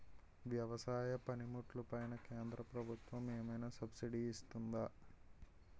వ్యవసాయ పనిముట్లు పైన కేంద్రప్రభుత్వం ఏమైనా సబ్సిడీ ఇస్తుందా?